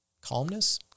calmness